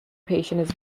patient